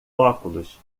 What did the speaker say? óculos